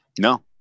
No